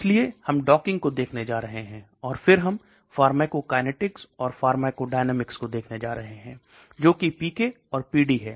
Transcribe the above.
इसलिए हम डॉकिंग को देखने जा रहे हैं और फिर हम फार्माकोकाइनेटिक्स और फार्माकोडायनामिक्स को देखने जा रहे हैं जो कि पीके और पीडी है